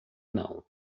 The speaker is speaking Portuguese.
não